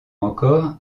encore